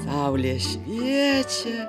saulė šviečia